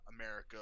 America